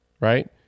right